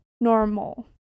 normal